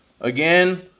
again